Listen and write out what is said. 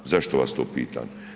Zašto vas to pitam?